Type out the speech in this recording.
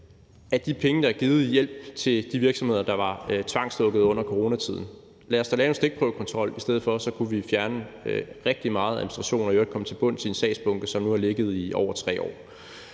med de penge, der er givet som hjælp til de virksomheder, der var tvangslukkede under coronatiden. Lad os da lave en stikprøvekontrol i stedet for. Så kunne vi fjerne rigtig meget administration og i øvrigt komme til bunds i en sagsbunke, som nu har ligget i over 3 år.